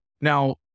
Now